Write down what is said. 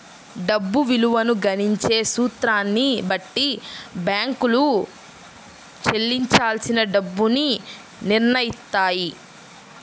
డబ్బు విలువను గణించే సూత్రాన్ని బట్టి బ్యేంకులు చెల్లించాల్సిన డబ్బుని నిర్నయిత్తాయి